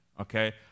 okay